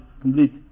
complete